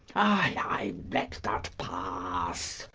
ay, let that pass.